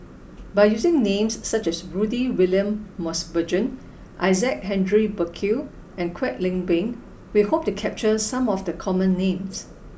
by using names such as Rudy William Mosbergen Isaac Henry Burkill and Kwek Leng Beng we hope to capture some of the common names